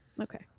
Okay